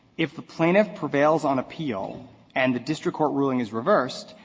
if the plaintiff prevails on appeal and the district court ruling is reversed,